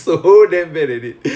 oh